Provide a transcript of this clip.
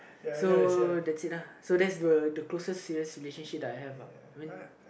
so that's it lah so that's the closest serious relationship that I have lah